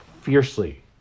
fiercely